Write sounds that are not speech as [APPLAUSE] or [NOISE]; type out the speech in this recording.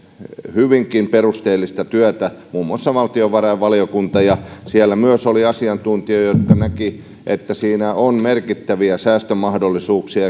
hyvinkin perusteellista työtä muun muassa valtiovarainvaliokunta siellä oli myös asiantuntijoita jotka näkivät että siinä on merkittäviä säästömahdollisuuksia [UNINTELLIGIBLE]